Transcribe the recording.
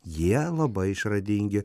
jie labai išradingi